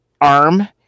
ARM